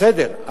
בסדר,